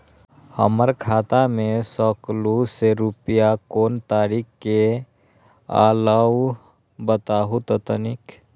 हमर खाता में सकलू से रूपया कोन तारीक के अलऊह बताहु त तनिक?